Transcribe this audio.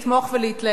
ולהתלהב,